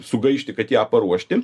sugaišti kad ją paruošti